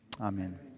amen